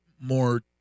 more—